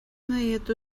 neiet